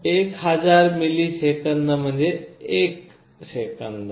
1000 millisecond म्हणजे 1 second आहे